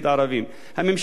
בתחומים שונים,